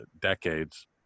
decades